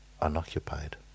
unoccupied